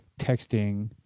texting